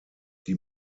die